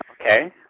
Okay